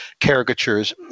caricatures